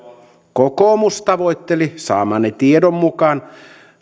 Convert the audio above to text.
kokoomus tavoitteli saamamme tiedon mukaan